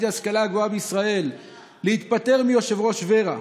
ההשכלה הגבוהה בישראל הוא מתפטר מיושב-ראש ור"ה,